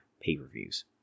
pay-per-views